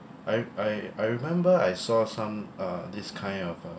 I I I remember I saw some uh this kind of uh